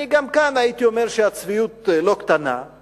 אני גם כאן הייתי אומר שהצביעות לא קטנה,